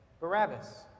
Barabbas